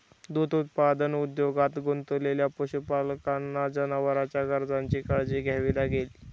दूध उत्पादन उद्योगात गुंतलेल्या पशुपालकांना जनावरांच्या गरजांची काळजी घ्यावी लागते